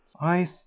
I